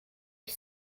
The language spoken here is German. ich